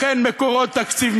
לכן מקורות תקציב,